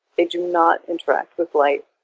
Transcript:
they do not interact with light.